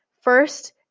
First